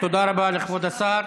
תודה רבה לכבוד השר.